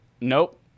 Nope